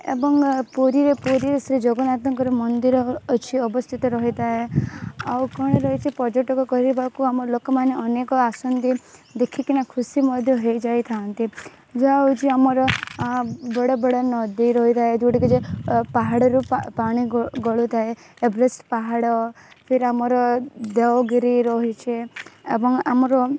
ଏବଂ ଏ ପୁରୀ ପୁରୀ ଶ୍ରୀ ଜଗନ୍ନାଥଙ୍କ ମନ୍ଦିର ଅଛି ଅବସ୍ତିତ ରହିଥାଏ ଆଉ କ'ଣ ରହିଛି ପର୍ଯ୍ୟଟକ କରିବାକୁ ଆମ ଲୋକମାନେ ଅନେକ ଆସନ୍ତି ଦେଖିକିନା ଖୁସି ମଧ୍ୟ ହେଇଯାଇଥାନ୍ତି ଯାହା ହଉଛି ଆମର ବଡ଼ବଡ଼ ନଦୀ ରହିଥାଏ ଯେଉଁଠିକି ଯେ ଅ ପାହାଡ଼ରୁ ପାଣି ଗ ଗଳୁଥାଏ ଏଭେରେଷ୍ଟ୍ ପାହାଡ଼ ଫେର ଆମର ଦେଓଗିରି ରହିଛି ଏବଂ ଆମର